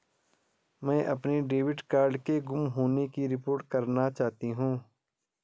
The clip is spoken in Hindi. मैं अपने डेबिट कार्ड के गुम होने की रिपोर्ट करना चाहती हूँ